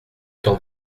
temps